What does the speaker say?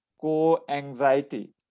co-anxiety